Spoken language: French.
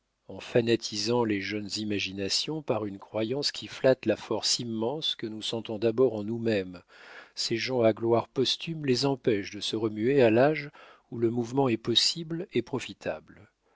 en fanatisant les jeunes imaginations par une croyance qui flatte la force immense que nous sentons d'abord en nous-mêmes ces gens à gloire posthume les empêchent de se remuer à l'âge où le mouvement est possible et profitable